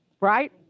Right